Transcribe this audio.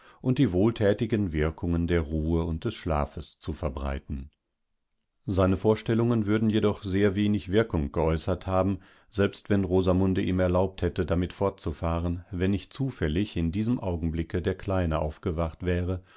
und die wohltätigen wirkungen der ruhe und des schlafs zu verbreiten seine vorstellungen würden jedoch sehr wenig wirkung geäußert haben selbst wenn rosamunde ihm erlaubt hätte damit fortzufahren wenn nicht zufällig in diesem augenblickederkleineaufgewachtwäreundsichalseinmächtigerbundesgenossedes doktorserwiesenhätte